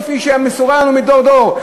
כפי שמסורה לנו מדור דור.